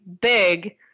big